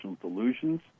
delusions